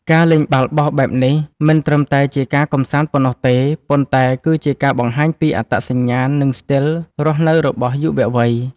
ការលេងបាល់បោះបែបនេះមិនត្រឹមតែជាការកម្សាន្តប៉ុណ្ណោះទេ ប៉ុន្តែគឺជាការបង្ហាញពីអត្តសញ្ញាណ និងស្ទីលរស់នៅរបស់យុវវ័យ។